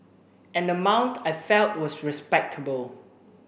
an amount I felt was respectable